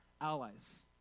allies